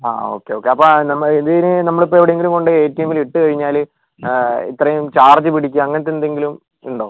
ആ okay okay അപ്പം നമ്മൾ ഇത് ഇനി നമ്മൾ ഇപ്പോൾ എവിടെയെങ്കിലും കൊണ്ടുപോ എ ടി എമ്മിൽ ഇട്ടുകഴിഞ്ഞാൽ ഇത്രയും ചാർജ് പിടിക്കുക അങ്ങനത്തെ എന്തെങ്കിലും ഉണ്ടോ